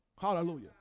Hallelujah